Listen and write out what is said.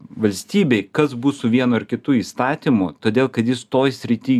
valstybei kas bus su vienu ar kitu įstatymu todėl kad jis toj srity